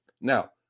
now